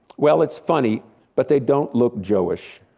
well, it's funny but they don't look joe-ish.